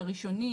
הראשוני,